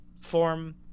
form